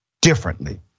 differently